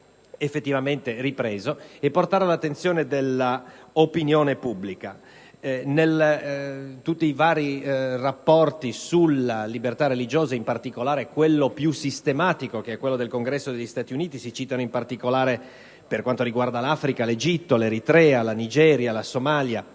effettivamente essere ripreso e portato all'attenzione dell'opinione pubblica.